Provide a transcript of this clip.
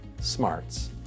smarts